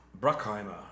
Bruckheimer